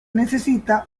necesita